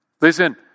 Listen